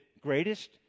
greatest